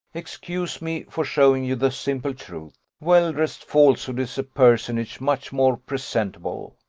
excuse me for showing you the simple truth well-dressed falsehood is a personage much more presentable.